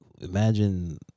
imagine